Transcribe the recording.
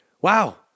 wow